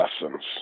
lessons